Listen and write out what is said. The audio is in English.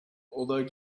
although